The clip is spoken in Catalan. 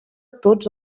tots